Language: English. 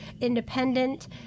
independent